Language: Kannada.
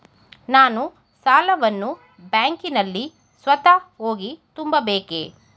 ನಾನು ಸಾಲವನ್ನು ಬ್ಯಾಂಕಿನಲ್ಲಿ ಸ್ವತಃ ಹೋಗಿ ತುಂಬಬೇಕೇ?